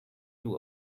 two